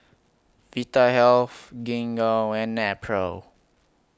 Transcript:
Vitahealth Gingko and Nepro